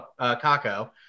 Kako